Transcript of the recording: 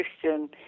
Christian